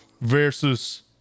Versus